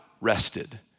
rested